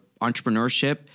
entrepreneurship